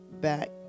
back